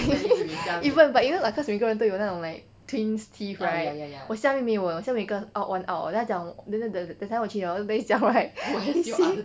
even but you know like cause 每个人都有那种 like twins teeth right 我下面没有了下面有一个 odd one out then 他讲等等等等一下我去了等一下 right they say